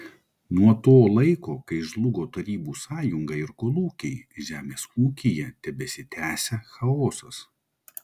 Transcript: nuo to laiko kai žlugo tarybų sąjunga ir kolūkiai žemės ūkyje tebesitęsia chaosas